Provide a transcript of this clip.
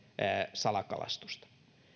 salakalastusta